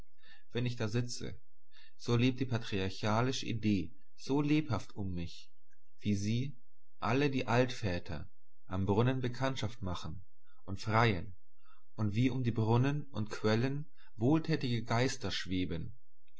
wenn ich da sitze so lebt die patriarchalische idee so lebhaft um mich wie sie alle die altväter am brunnen bekanntschaft machen und freien und wie um die brunnen und quellen wohltätige geister schweben